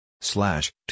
Slash